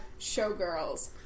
Showgirls